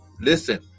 listen